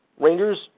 Rangers